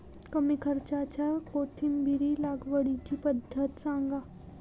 कमी खर्च्यात कोथिंबिर लागवडीची पद्धत सांगा